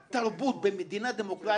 מה שאנחנו רואים שרת תרבות במדינה דמוקרטית